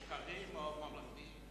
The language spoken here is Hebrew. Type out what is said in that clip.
למוכרים או לממלכתיים?